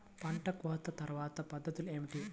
పంట కోత తర్వాత పద్ధతులు ఏమిటి?